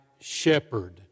shepherd